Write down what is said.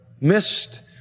missed